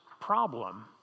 problem